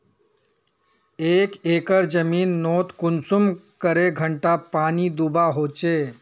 एक एकर जमीन नोत कुंसम करे घंटा पानी दुबा होचए?